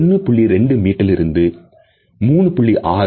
2 மீட்டரிலிருந்து 3